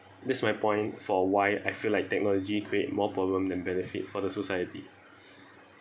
that's my point for why I feel like technology create more problem than benefit for the society